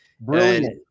Brilliant